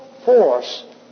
Force